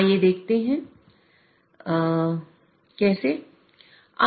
आइये देखते हैं कैसे